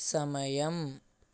సమయం